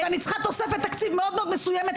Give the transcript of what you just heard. ואני צריכה תוספת תקציב מאוד מסוימת,